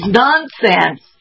nonsense